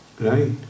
right